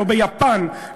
לא ביפן,